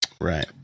Right